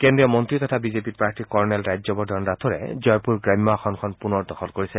কেড্ৰীয় মন্তী তথা বিজেপিৰ প্ৰাৰ্থী কৰ্ণেল ৰাজ্যবৰ্ধন ৰাথোড়ে জয়পুৰ গ্ৰাম্য আসনখন পুনৰ দখল কৰিছে